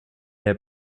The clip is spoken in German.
der